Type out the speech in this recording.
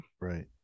Right